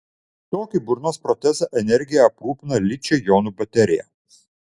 tokį burnos protezą energija aprūpina ličio jonų baterija